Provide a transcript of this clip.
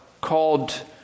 called